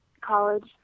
college